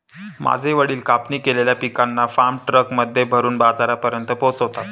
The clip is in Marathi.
माझे वडील कापणी केलेल्या पिकांना फार्म ट्रक मध्ये भरून बाजारापर्यंत पोहोचवता